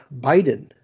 Biden